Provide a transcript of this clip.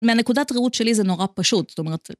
מהנקודת ראות שלי זה נורא פשוט, זאת אומרת...